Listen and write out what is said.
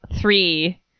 three